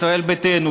ישראל ביתנו,